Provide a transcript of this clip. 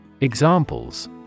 Examples